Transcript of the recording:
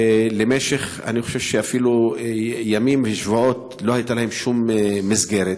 ואני חושב שאפילו למשך ימים ושבועות לא הייתה להם שום מסגרת,